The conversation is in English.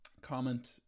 comment